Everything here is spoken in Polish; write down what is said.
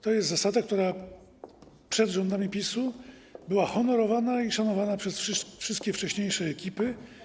To jest zasada, która przed rządami PiS była honorowana i szanowana przez wszystkie wcześniejsze ekipy.